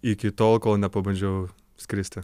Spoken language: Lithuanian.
iki tol kol nepabandžiau skristi